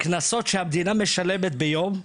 הקנסות שהמדינה משלמת ביום,